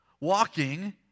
walking